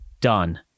done